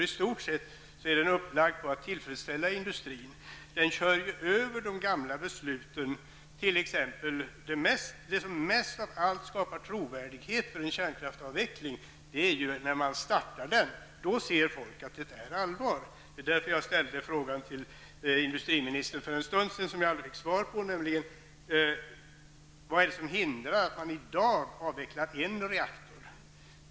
I stort sett är den inriktad på att tillfredsställa industrin. Den kör över de gamla besluten. Det som mest av allt skapar trovärdighet för en kärnkraftsavveckling är att man startar den. Då ser människor att det är allvar. Det var därför som jag för en stund sedan ställde en fråga till industriministern som jag aldrig fick svar på, nämligen: Vad är det som hindrar att man i dag avvecklar en reaktor?